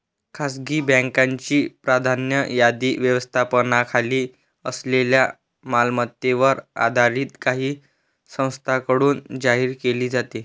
खासगी बँकांची प्राधान्य यादी व्यवस्थापनाखाली असलेल्या मालमत्तेवर आधारित काही संस्थांकडून जाहीर केली जाते